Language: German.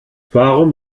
warum